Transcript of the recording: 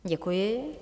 Děkuji.